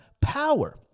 power